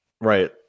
Right